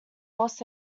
los